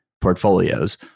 portfolios